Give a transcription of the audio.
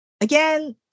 again